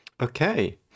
okay